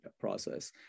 process